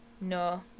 no